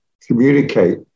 communicate